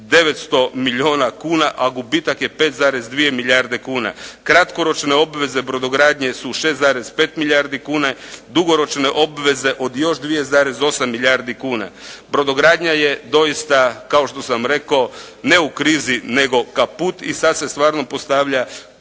900 milijuna kuna, a gubitak je 5,2 milijarde kuna. Kratkoročne obveze brodogradnje su 6,5 milijardi kuna, dugoročne obveze od još 2,8 milijardi kuna. brodogradnja je doista, kao što sam rekao ne u krizi nego kaput i sad se stvarno postavlja